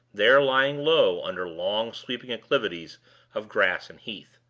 there lying low under long sweeping acclivities of grass and heath.